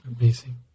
Amazing